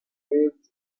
raised